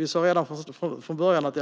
Vi sa redan från början att